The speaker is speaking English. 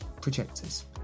projectors